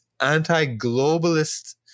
anti-globalist